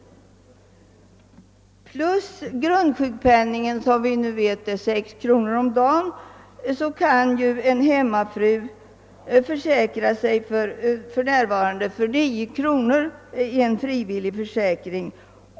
Utöver grundsjukpenningen, som nu är 6 kronor om dagen, kan en hemmafru för närvarande försäkra sig för 9 kronor i en frivillig försäkring.